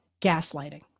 gaslighting